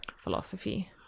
philosophy